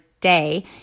day